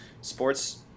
sports